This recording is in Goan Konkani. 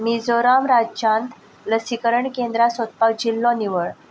मिजोराम राज्यांत लसीकरण केंद्रां सोदपाक जिल्लो निवळ